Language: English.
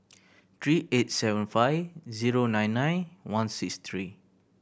three eight seven five zero nine nine one six three